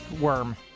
Worm